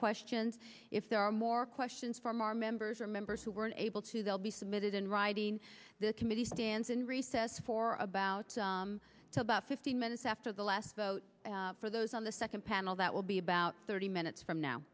questions if there are more questions from our members members who weren't able to they'll be submitted in writing the committee stands in recess for about to about fifteen minutes after the last vote for those on the second panel that will be about thirty minutes from now